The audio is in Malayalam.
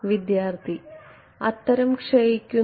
വിദ്യാർത്ഥി അത്തരം ക്ഷയിക്കുന്ന